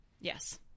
Yes